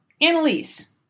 Annalise